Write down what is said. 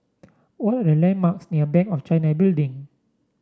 what are the landmarks near Bank of China Building